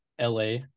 LA